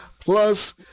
plus